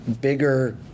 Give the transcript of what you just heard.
bigger